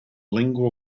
lingual